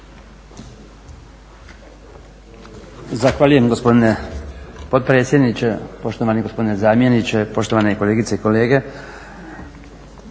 Zahvaljujem gospodine potpredsjedniče, poštovani gospodine zamjeniče, poštovane kolegice i kolege.